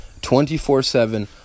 24-7